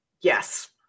Yes